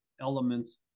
elements